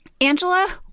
Angela